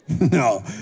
No